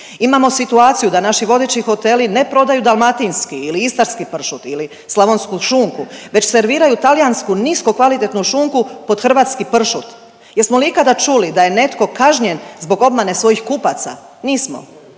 Imamo situaciju da naši vodeći hoteli ne prodaju dalmatinski ili istarski pršut ili slavonsku šunku već serviraju talijansku nisko kvalitetnu šunku pod hrvatski pršut. Jesmo li ikada čuli da je netko kažnjen zbog obmane svojih kupaca? Nismo.